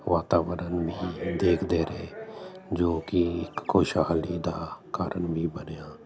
ਵਾਤਾਵਰਨ ਵੀ ਦੇਖਦੇ ਰਹੇ ਜੋ ਕਿ ਇੱਕ ਖੁਸ਼ਹਾਲੀ ਦਾ ਕਾਰਨ ਵੀ ਬਣਿਆ